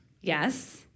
Yes